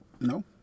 No